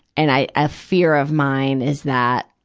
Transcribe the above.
and i, a fear of mine is that,